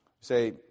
Say